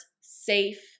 safe